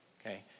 Okay